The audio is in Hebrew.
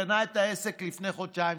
קנה את העסק לפני חודשיים-שלושה.